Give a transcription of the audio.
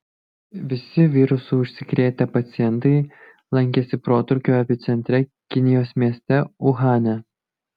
visi virusu užsikrėtę pacientai lankėsi protrūkio epicentre kinijos mieste uhane